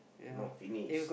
not finish